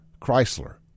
Chrysler